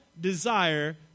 desire